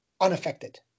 unaffected